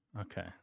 okay